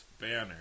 Banner